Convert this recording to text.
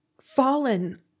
fallen